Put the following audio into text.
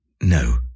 No